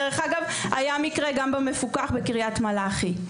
דרך אגב, היה מקרה גם במפוקח בקרית מלאכי.